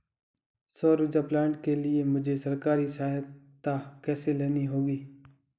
सौर ऊर्जा प्लांट के लिए मुझे सरकारी सहायता कैसे लेनी होगी?